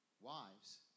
Wives